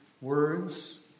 words